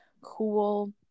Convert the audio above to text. cool